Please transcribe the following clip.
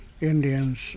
Indians